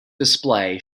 display